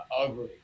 ugly